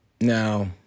Now